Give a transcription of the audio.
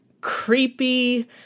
creepy